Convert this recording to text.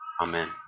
Amen